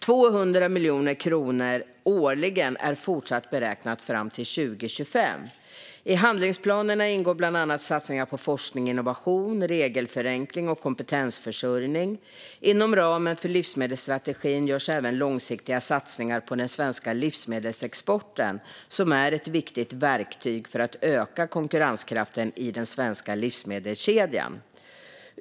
200 miljoner kronor årligen är fortsatt beräknat fram till 2025. I handlingsplanerna ingår bland annat satsningar på forskning och innovation, regelförenkling och kompetensförsörjning. Inom ramen för livsmedelsstrategin görs även långsiktiga satsningar på den svenska livsmedelsexporten, som är ett viktigt verktyg för att öka konkurrenskraften i den svenska livsmedelskedjan.